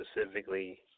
specifically